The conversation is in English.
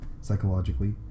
psychologically